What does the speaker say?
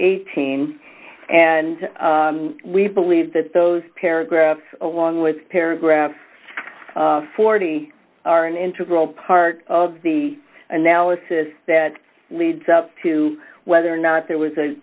eighteen we believe that those paragraphs along with paragraph forty are an integral part of the analysis that leads up to whether or not there was a